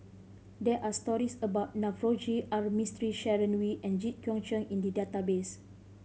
there are stories about Navroji R Mistri Sharon Wee and Jit Koon Ch'ng in the database